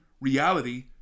Reality